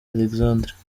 alexandre